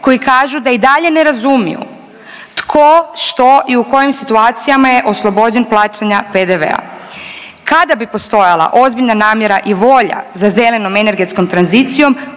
koji kažu da i dalje ne razumiju tko, što i u kojim situacijama je oslobođen plaćanja PDV-a. Kada bi postojala ozbiljna namjera i volja za zelenom energetskom tranzicijom,